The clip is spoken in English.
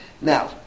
Now